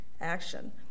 action